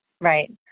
Right